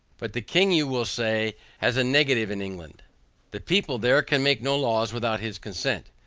but the king you will say has a negative in england the people there can make no laws without his consent.